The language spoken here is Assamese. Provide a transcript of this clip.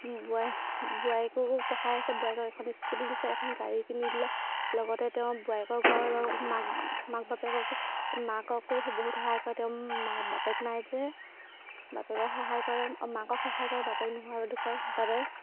বোৱাই বোৱাৰীয়েককো পঢ়াই আছে বোৱাৰীয়েকক এখন স্কুটি দিছে এখন গাড়ীখিনি দিলে লগতে তেওঁ বোৱাৰীয়েকৰ ঘৰৰ মাক মাক বাপেককো মাককো বহুত সহায় কৰে তেওঁ বাপেক নাই যে বাপেকৰ সহায় কৰে মাকক সহায় কৰে বাপেক নোহোৱাব দুখৰ বাবে